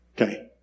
Okay